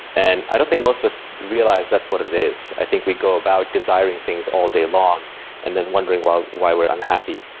and i don't think most of us realize that's what it is. i think we go about desiring things all day long and then wondering why why we're unhappy.